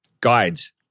Guides